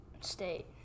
State